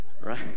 Right